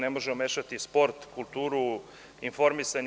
Ne možemo mešati sport, kulturu, informisanje.